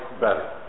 better